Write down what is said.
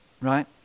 Right